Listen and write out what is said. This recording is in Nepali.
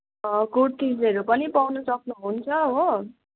कुरतिसहरू पनि पाउनु सक्नु हुन्छ हो